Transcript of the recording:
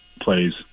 plays